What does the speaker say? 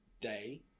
day